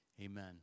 Amen